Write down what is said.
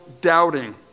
doubting